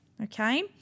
Okay